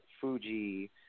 Fuji